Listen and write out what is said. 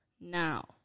Now